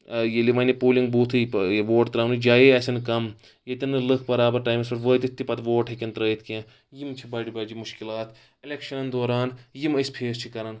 ییٚلہِ وَنہِ پولِنگ بوٗتھٕے ووٹ تراونٕچ جاے آسان کَم ییٚتؠن نہٕ لُکھ برابر ٹایمَس پؠٹھ وٲتِتھ تہِ پَتہٕ ووٹ ہٮ۪کن ترٲوِتھ کینٛہہ یِم چھِ بٔڑۍ بٔڑۍ مُشکِلات اؠلَکشَنن دوران یِم أسۍ فیس چھِ کَران